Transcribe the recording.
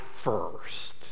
first